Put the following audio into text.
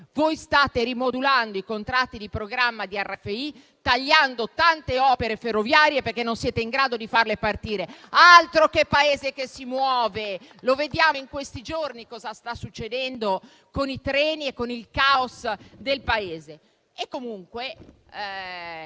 state rimodulando i contratti di programma di RFI tagliando tante opere ferroviarie perché non siete in grado di farle partire. Altro che Paese che si muove: lo vediamo in questi giorni cosa sta succedendo con i treni e con il caos nel Paese.